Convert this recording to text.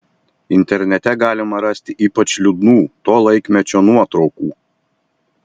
internete galima rasti ypač liūdnų to laikmečio nuotraukų